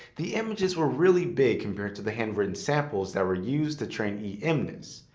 the images were really big compared to the handwritten samples that were used to train emnist.